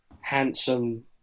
handsome